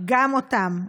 גם אותם.